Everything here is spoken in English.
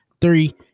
three